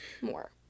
more